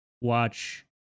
watch